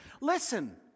Listen